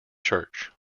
church